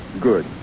Good